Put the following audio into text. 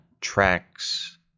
tracks